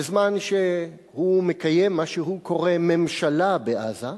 בזמן שהוא מקיים את מה שהוא קורא לו "ממשלה בעזה",